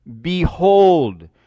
Behold